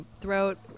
throat